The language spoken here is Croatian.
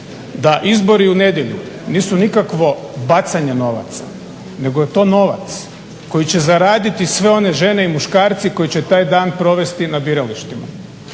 da izbori u nedjelju nisu nikakvo bacanje novaca nego je to novac koji će zaraditi sve one žene i muškarci koji će taj dan provesti na biralištima.